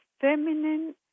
feminine